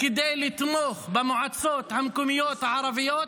כדי לתמוך במועצות המקומיות הערביות,